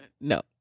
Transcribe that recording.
no